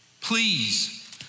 Please